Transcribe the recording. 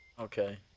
Okay